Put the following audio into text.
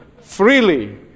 freely